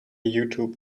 youtube